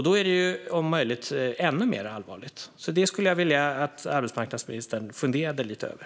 Då är det om möjligt ännu mer allvarligt. Det skulle jag vilja att arbetsmarknadsministern funderade lite över.